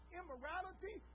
immorality